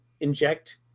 inject